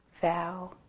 vow